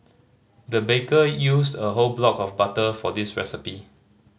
the baker used a whole block of butter for this recipe